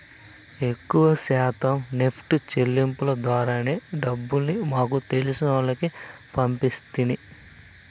ఎక్కవ శాతం నెప్టు సెల్లింపుల ద్వారానే డబ్బుల్ని మాకు తెలిసినోల్లకి పంపిస్తిని